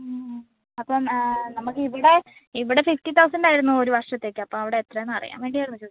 മ് അപ്പം നമുക്ക് ഇവിടെ ഇവിടെ സിക്സ്റ്റി തൗസന്റ് ആയിരുന്നു ഒരു വര്ഷത്തേക്ക് അപ്പം അവിടെ എത്രയാണെന്ന് അറിയാന് വേണ്ടിയായിരുന്നു ചോദിച്ചത്